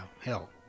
hell